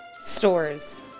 Stores